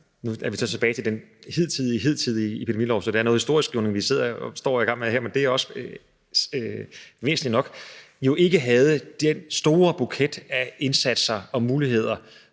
nu er vi så tilbage til den hidtidige epidemilov, så det er noget historieskrivning, vi står og er i gang med her, men det er også væsentligt nok – jo ikke havde den store buket af indsatser og muligheder,